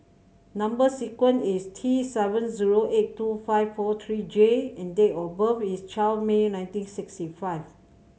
number sequence is T seven zero eight two five four three J and date of birth is twelve May nineteen sixty five